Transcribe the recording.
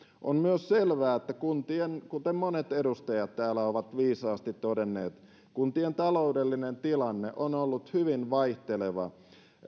on myös selvää kuten monet edustajat täällä ovat viisaasti todenneet että kuntien taloudellinen tilanne on ollut hyvin vaihteleva